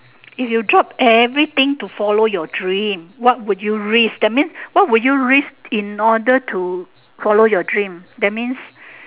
if you drop everything to follow your dream what would you risk that mean what would you risk in order to follow your dream that means